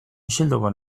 isilduko